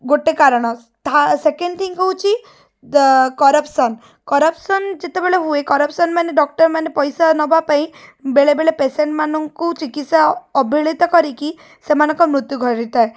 ଗୋଟେ କାରଣ second thing ହେଉଛି ଦ କରପସନ୍ କରପସନ୍ ଯେତେବେଳେ ହୁଏ କରପସନ୍ ମାନେ ଡକ୍ଟର୍ମାନେ ପଇସା ନେବାପାଇଁ ବେଳେବେଳେ ପେସେଣ୍ଟ୍ମାନଙ୍କୁ ଚିକିତ୍ସା ଅବହେଳିତ କରିକି ସେମାନଙ୍କ ମୃତ୍ୟ ଘଟିଥାଏ